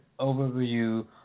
overview